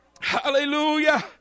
Hallelujah